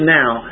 now